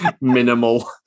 minimal